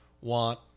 want